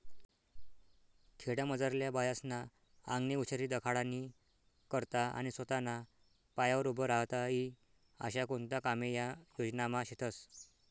खेडामझारल्या बायास्ना आंगनी हुशारी दखाडानी करता आणि सोताना पायावर उभं राहता ई आशा कोणता कामे या योजनामा शेतस